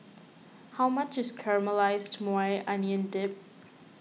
how much is Caramelized Maui Onion Dip